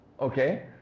Okay